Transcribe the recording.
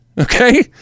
Okay